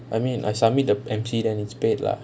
I mean I submit the M_C then it's paid ah